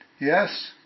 Yes